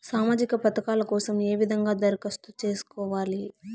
సామాజిక పథకాల కోసం ఏ విధంగా దరఖాస్తు సేసుకోవాలి